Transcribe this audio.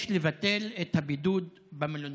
יש לבטל את הבידוד במלוניות.